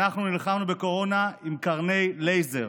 אנחנו נלחמנו בקורונה עם קרני לייזר,